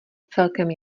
celkem